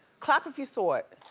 clap if you saw it.